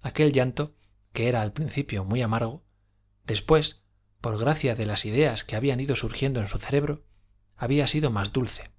aquel llanto que era al principio muy amargo después por gracia de las ideas que habían ido surgiendo en su cerebro había sido más dulce